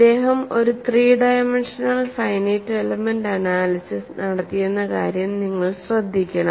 അദ്ദേഹം ഒരു three dimensional finite element analysis നടത്തിയെന്ന കാര്യം നിങ്ങൾ ശ്രദ്ധിക്കണം